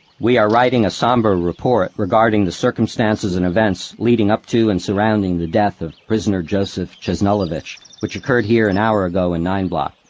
we are writing a somber report regarding the circumstances and events leading up to and surrounding the death of prisoner joseph chesnulavich which occurred here an hour ago in nine block.